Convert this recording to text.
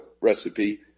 recipe